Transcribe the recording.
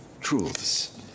truths